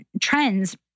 trends